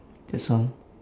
that's all